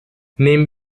nehmen